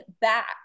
back